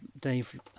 dave